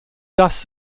das